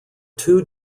two